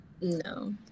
no